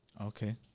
Okay